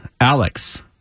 Alex